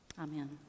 Amen